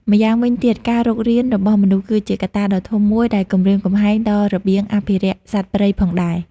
ម្យ៉ាងវិញទៀតការរុករានរបស់មនុស្សគឺជាកត្តាដ៏ធំមួយដែលគំរាមកំហែងដល់របៀងអភិរក្សសត្វព្រៃផងដែរ។